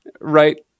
right